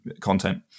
content